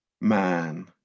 man